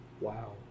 wow